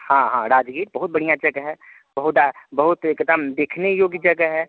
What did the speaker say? हाँ हाँ राजगीर बहुत बढ़िया जगह है बहुत बहुत एकदम देखने योग्य जगह है